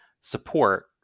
support